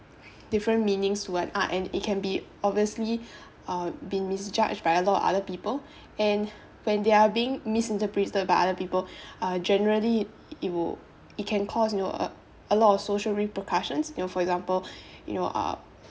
different meanings toward art and it can be obviously uh been misjudged by a lot of other people and when they are being misinterpreted by other people uh generally it will it can cause you know uh a lot social repercussions you know for example you know uh